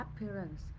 appearance